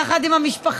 יחד עם המשפחה,